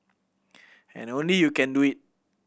and only you can do it